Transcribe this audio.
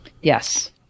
Yes